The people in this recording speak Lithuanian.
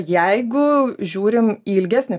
jeigu žiūrim į ilgesnę